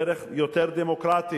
דרך יותר דמוקרטית,